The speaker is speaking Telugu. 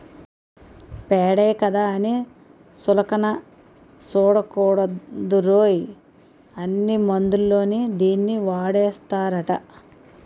పేడే కదా అని సులకన సూడకూడదురోయ్, అన్ని మందుల్లోని దీన్నీ వాడేస్తారట